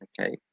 okay